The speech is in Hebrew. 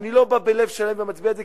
אני לא בא בלב שלם ומצביע על זה,